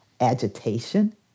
agitation